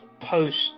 post